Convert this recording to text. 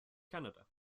canada